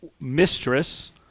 mistress